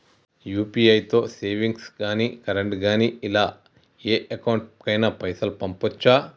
UPI తో savings గాని current గాని ఇలా ఏ అకౌంట్ కైనా పైసల్ పంపొచ్చా?